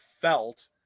felt